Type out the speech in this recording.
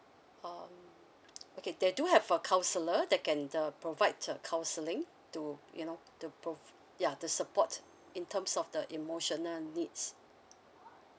um okay they do have a counsellor that can the provides a counselling to you know to provide ya to support in terms of the emotional needs